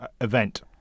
event